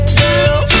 girl